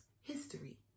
history